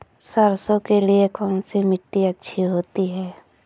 सरसो के लिए कौन सी मिट्टी अच्छी होती है?